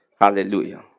Hallelujah